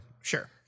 Sure